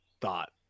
thought